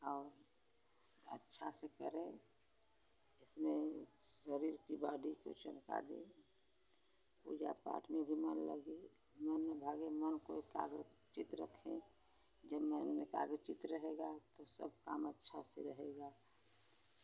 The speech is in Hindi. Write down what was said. और अच्छा से करें इसमें शरीर की बॉडी को चमका दे पूजा पाठ में भी मन लगे भागे मन को चित रखें चित रहेगा तो सब काम अच्छा से रहेगा